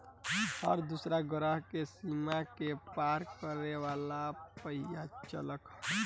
हर दूसरा ग्रह के सीमा के पार करे वाला पहिला चालक ह